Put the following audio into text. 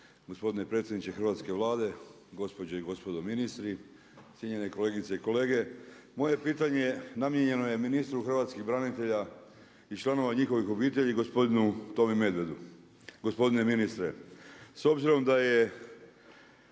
gospodine predsjedniče hrvatske Vlade, gospođe i gospodo ministri, cijenjene kolegice i kolege. Moje pitanje namijenjeno je ministru hrvatskih branitelja i članova njihovih obitelji gospodinu Tomi Medvedu. Gospodine ministre, s obzirom da je